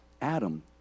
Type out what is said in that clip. Adam